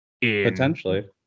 potentially